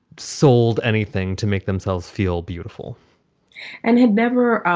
sold anything to make themselves feel beautiful and had never,